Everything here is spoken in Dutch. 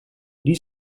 die